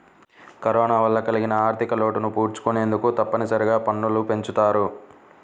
corona వల్ల కలిగిన ఆర్ధికలోటును పూడ్చుకొనేందుకు తప్పనిసరిగా పన్నులు పెంచుతారు